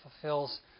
fulfills